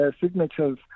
signatures